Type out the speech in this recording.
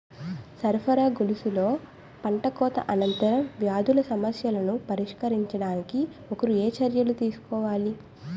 సరఫరా గొలుసులో పంటకోత అనంతర వ్యాధుల సమస్యలను పరిష్కరించడానికి ఒకరు ఏ చర్యలు తీసుకోవాలి?